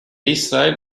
i̇srail